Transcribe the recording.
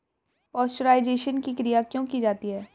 Pasteurisation की क्रिया क्यों की जाती है?